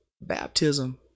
baptism